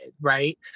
right